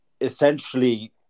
essentially